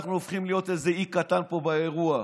ואנחנו הופכים להיות איזה אי קטן פה באירוע.